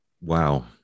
wow